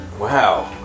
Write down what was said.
Wow